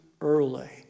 early